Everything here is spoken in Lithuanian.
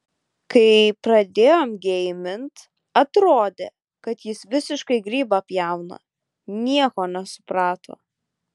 kai pradėjom geimint atrodė kad jis visiškai grybą pjauna nieko nesuprato